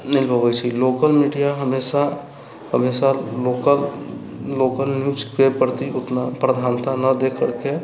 मिल पबैत छै local media हमेशा लोकल न्यूजके प्रति ओतना प्रधानता नहि देकरके